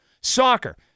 Soccer